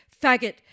faggot